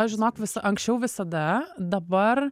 aš žinok vis anksčiau visada dabar